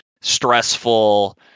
stressful